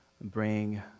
bring